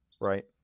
Right